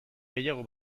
gehiago